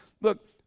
look